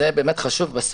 זה באמת חשוב,